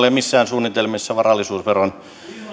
ole missään suunnitelmissa varallisuusveron